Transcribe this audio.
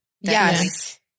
Yes